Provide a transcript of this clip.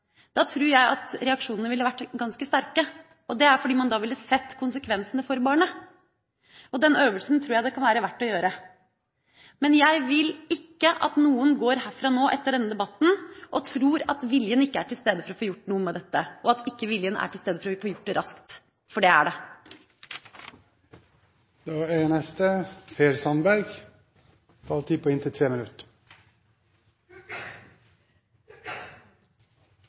Da tror jeg at reaksjonene ville vært ganske sterke, fordi man da ville sett konsekvensene for barnet. Den øvelsen tror jeg det kan være verdt å gjøre. Men jeg vil ikke at noen går herfra nå etter denne debatten og tror at viljen ikke er til stede for å få gjort noe med dette, og at ikke viljen er til stede for å få gjort det raskt. For det er den. Denne regjeringen setter ned en arbeidsgruppe som skal gi tilbakemelding 31. desember 2013. Det er